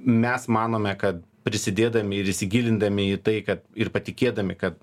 mes manome kad prisidėdami ir įsigilindami į tai kad ir patikėdami kad